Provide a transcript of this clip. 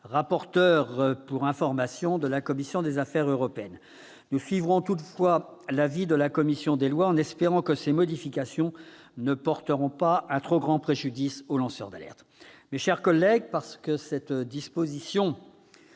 au nom de la commission des affaires européennes. Nous suivrons toutefois l'avis de la commission des lois, en espérant que ces modifications ne porteront pas un trop grand préjudice aux lanceurs d'alerte. Mes chers collègues, parce que la transposition